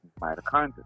mitochondria